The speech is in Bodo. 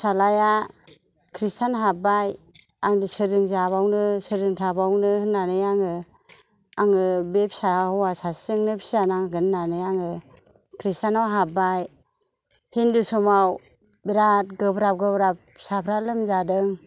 फिसालाया कृस्टान हाब्बाय आं सोरजों जाबावनो सोरजों थाबावनो होननानै आङो आङो बे फिसा हौवा सासेजोंनो फिजानांगोन होननानै आङो कृस्टानाव हाब्बाय हिन्दु समाव बिराथ गोब्राब गोब्राब फिसाफ्रा लोमजादों